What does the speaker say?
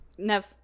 Nev